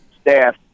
staff